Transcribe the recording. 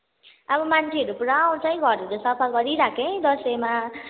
अब मान्छेहरू पुरा आउँछ है घरहरू सफा गरिराख् है दसैँमा